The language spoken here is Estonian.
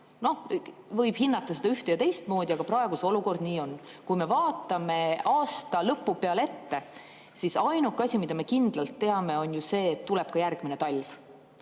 Seda võib hinnata üht‑ või teistmoodi, aga praegu see olukord nii on. Kui me vaatame aasta lõpu peale ette, siis ainuke asi, mida me kindlalt teame, on see, et tuleb ka järgmine talv.